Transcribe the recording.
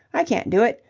i can't do it,